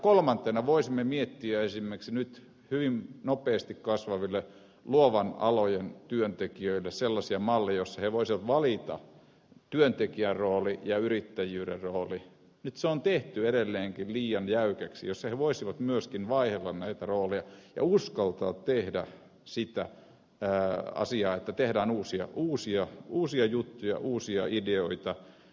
kolmantena voisimme miettiä esimerkiksi nyt hyvin nopeasti kasvavien luovien alojen työntekijöille sellaisia malleja joissa he voisivat valita työntekijän roolin ja yrittäjyyden roolin nyt se on tehty edelleenkin liian jäykäksi ja joissa he voisivat myöskin vaihdella näitä rooleja ja uskaltaa tehdä sitä asiaa että tehdään uusia juttuja uusia ideoita